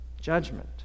judgment